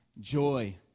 joy